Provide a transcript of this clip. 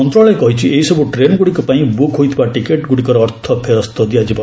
ମନ୍ତ୍ରଣାଳୟ କହିଛି ଏହିସବୁ ଟ୍ରେନ୍ଗୁଡ଼ିକ ପାଇଁ ବୁକ୍ ହୋଇଥିବା ଟିକେଟ୍ଗୁଡ଼ିକର ଅର୍ଥ ଫେରସ୍ତ ଦିଆଯିବ